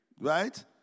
Right